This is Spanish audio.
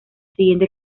siguiente